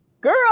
girl